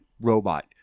robot